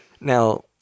Now